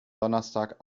donnerstag